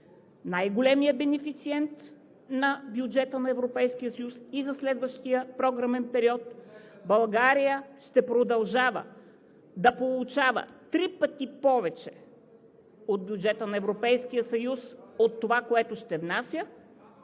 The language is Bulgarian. най-големият бенефициент на бюджета на Европейския съюз и за следващия програмен период България ще продължава да получава три пъти повече от бюджета на Европейския съюз от това, което ще внася…